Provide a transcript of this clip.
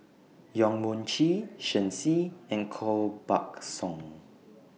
Yong Mun Chee Shen Xi and Koh Buck Song